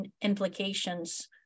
implications